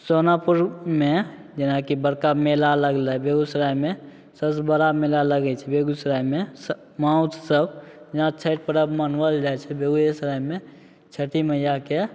सोनापुरमे जेनाकि बड़का मेला लगलै बेगूसरायमे सबसे बड़ा मेला लागै छै बेगूसरायमे स माउथसब जेना छठि परब मनाओल जाइ छै बेगुएसरायमे छठी मइआके